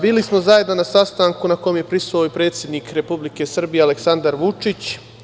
Bili smo zajedno na sastanku kome je prisustvovao predsednik Republike Srbije, Aleksandar Vučić.